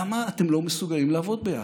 למה אתם לא מסוגלים לעבוד ביחד,